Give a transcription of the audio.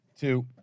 two